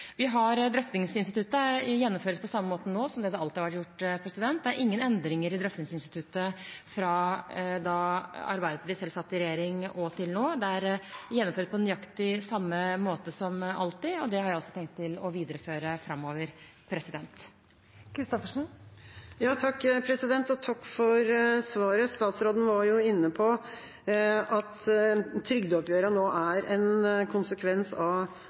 Drøftingsinstituttet gjennomføres på samme måte som det alltid er blitt gjort. Det er ingen endringer i drøftingsinstituttet fra da Arbeiderpartiet selv satt i regjering, og til nå. Det gjennomføres på nøyaktig samme måte som alltid. Det har jeg også tenkt å videreføre framover. Takk for svaret. Statsråden var inne på at trygdeoppgjørene nå er en konsekvens av